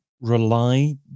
rely